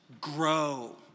Grow